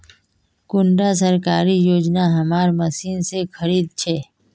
कुंडा सरकारी योजना हमार मशीन से खरीद छै?